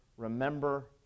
Remember